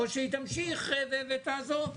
או שהיא תמשיך ותעזוב?